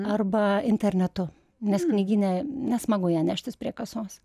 arba internetu nes knygyne nesmagu ją neštis prie kasos